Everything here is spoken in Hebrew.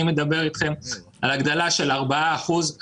אני מדבר אתכם על הגדלה של 4 אחוזים.